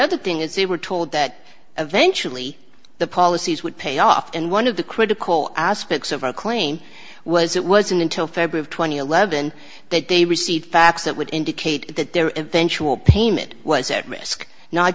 other thing is they were told that eventually the policies would pay off and one of the critical aspects of our claim was it wasn't until february twentieth eleven that they received facts that would indicate that there eventually payment was at risk not